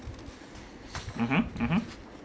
mmhmm mmhmm